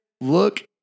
look